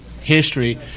history